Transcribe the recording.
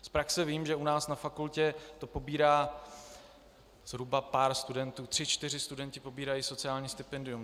Z praxe vím, že u nás na fakultě to pobírá zhruba pár studentů tři čtyři studenti pobírají sociální stipendium.